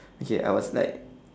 okay I was like